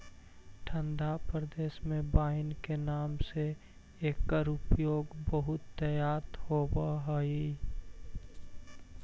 ठण्ढा प्रदेश में वाइन के नाम से एकर उपयोग बहुतायत होवऽ हइ